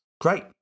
great